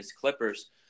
Clippers